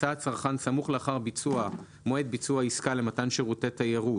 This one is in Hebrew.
מצא הצרכן סמוך לאחר מועד ביצוע עסקה למתן שירותי תיירות,